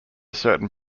certain